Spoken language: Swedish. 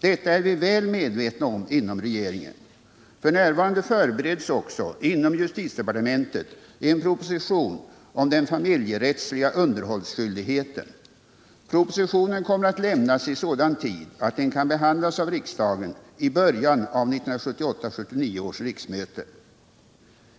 Detta är vi väl medvetna om inom regeringen. F.n. förbereds också inom justitiedepartementet en proposition om den familjerättsliga underhållsskyldigheten. Propositionen kommer att lämnas i sådan tid att den kan behandlas av riksdagen i början av 1978/79 års riksmöte.